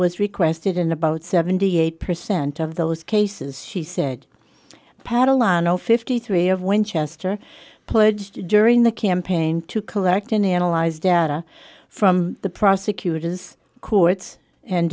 was requested in about seventy eight percent of those cases she said paddle a no fifty three dollars of winchester pledged during the campaign to collect and analyze data from the prosecutor's courts and